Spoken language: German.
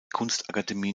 kunstakademie